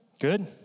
Good